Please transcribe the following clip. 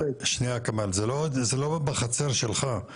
שקל --- כמאל, זה לא בחצר שלך.